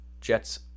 jets